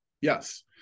yes